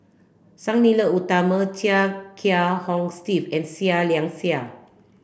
Sang Nila Utama Chia Kiah Hong Steve and Seah Liang Seah